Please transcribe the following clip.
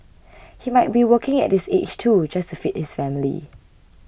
he might be working at this age too just to feed his family